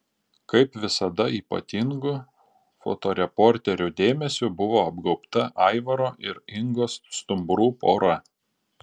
kaip visada ypatingu fotoreporterių dėmesiu buvo apgaubta aivaro ir ingos stumbrų pora